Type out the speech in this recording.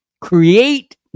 create